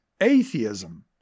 atheism